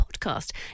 podcast